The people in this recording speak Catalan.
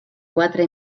quatre